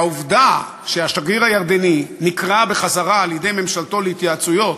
והעובדה שהשגריר הירדני נקרא בחזרה על-ידי ממשלתו להתייעצויות,